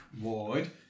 ward